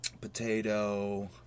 potato